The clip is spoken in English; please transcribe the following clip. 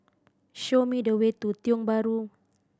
show me the way to Tiong Bahru